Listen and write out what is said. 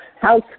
house